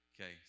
okay